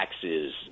taxes